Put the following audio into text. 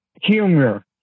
Humor